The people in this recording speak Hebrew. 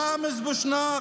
ראמז בושנאק,